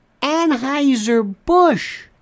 Anheuser-Busch